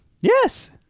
Yes